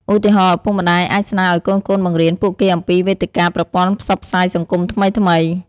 ឧទាហរណ៍ ឪពុកម្តាយអាចស្នើឱ្យកូនៗបង្រៀនពួកគេអំពីវេទិកាប្រព័ន្ធផ្សព្វផ្សាយសង្គមថ្មីៗ។